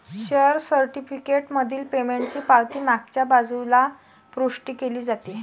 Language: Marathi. शेअर सर्टिफिकेट मधील पेमेंटची पावती मागच्या बाजूला पुष्टी केली जाते